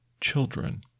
children